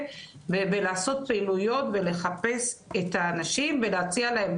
ולעשות פעילויות ולחפש את האנשים ולהציע להם,